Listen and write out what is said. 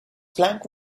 plank